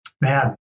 man